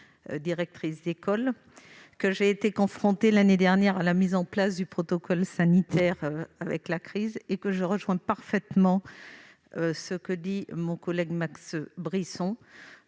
directrice d'école, que j'ai été confrontée, l'année dernière, à la mise en place du protocole de la crise sanitaire et que je rejoins parfaitement les propos de mon collègue Max Brisson